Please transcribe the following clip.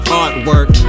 artwork